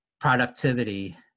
productivity